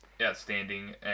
outstanding